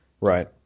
Right